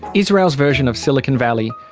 israel's version of silicon valley.